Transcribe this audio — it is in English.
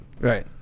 Right